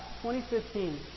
2015